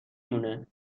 مونه